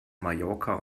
mallorca